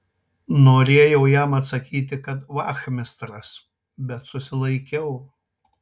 norėjau aš jam atsakyti kad vachmistras bet susilaikiau